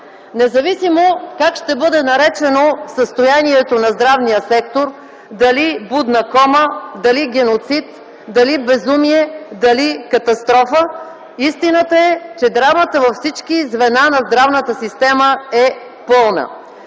Независимо как ще бъде наречено състоянието на здравния сектор – дали будна кома, дали геноцид, дали безумие, дали катастрофа, истината е, че драмата във всички звена на здравната система е пълна.